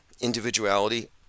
individuality